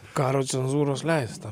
karo cenzūros leista